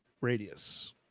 radius